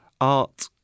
art